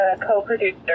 co-producer